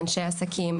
אנשי עסקים,